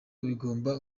bigomba